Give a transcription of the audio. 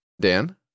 Dan